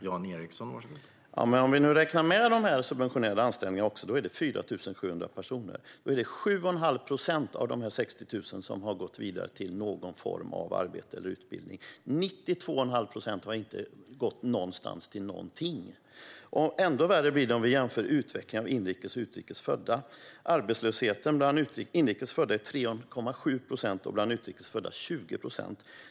Herr talman! Ja, men om vi nu räknar med även de subventionerade anställningarna rör det 4 700 personer. Det är 7 1⁄2 procent av de 60 000 som har gått vidare till någon form av arbete eller utbildning. 92 1⁄2 procent har inte gått någonstans, till någonting. Ännu värre blir det om vi jämför utvecklingen för inrikes och utrikes födda: Arbetslösheten bland inrikes födda är 3,7 procent och bland utrikes födda 20 procent.